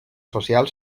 social